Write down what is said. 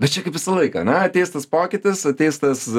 bet čia kaip visą laiką ane ateis tas pokytis ateis tas